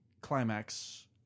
climax